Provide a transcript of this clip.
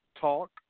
talk